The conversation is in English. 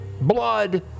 blood